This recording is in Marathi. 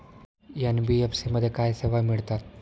एन.बी.एफ.सी मध्ये काय सेवा मिळतात?